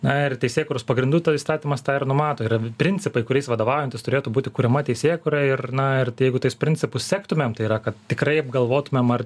na ir teisėkūros pagrindų įstatymas tą ir numato yra principai kuriais vadovaujantis turėtų būti kuriama teisėkūra ir na ir jeigu tais principus sektumėm tai yra kad tikrai apgalvotumėm ar